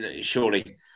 surely